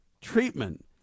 treatment